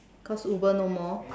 cause Uber no more